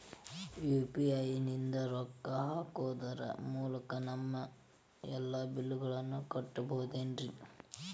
UPI ನಿಂದ ರೊಕ್ಕ ಹಾಕೋದರ ಮೂಲಕ ನಮ್ಮ ಎಲ್ಲ ಬಿಲ್ಲುಗಳನ್ನ ಕಟ್ಟಬಹುದೇನ್ರಿ?